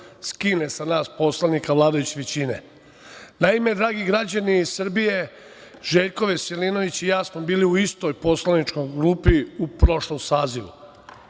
skine sa nas poslanika vladajuće većine. Naime, dragi građani Srbije, Željko Veselinović i ja smo bili u istoj poslaničkoj grupi u prošlom sazivu